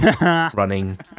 running